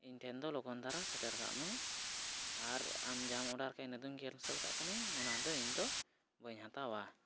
ᱤᱧᱴᱷᱮᱱ ᱫᱚ ᱞᱚᱜᱚᱱ ᱫᱷᱟᱨᱟ ᱥᱮᱴᱮᱨ ᱠᱟᱜ ᱢᱮ ᱟᱨ ᱟᱢ ᱡᱟᱦᱟᱸᱢ ᱚᱰᱟᱨ ᱠᱮᱫᱟ ᱤᱱᱟᱹ ᱫᱚ ᱠᱮᱱᱥᱮᱞ ᱠᱟᱜ ᱠᱟᱹᱱᱟᱹᱧ ᱚᱱᱟᱫᱚ ᱤᱧᱫᱚ ᱵᱟᱹᱧ ᱦᱟᱛᱟᱣᱟ